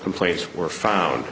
complaints were found